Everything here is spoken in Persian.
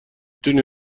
تونی